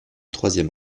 troisième